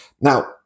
Now